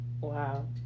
Wow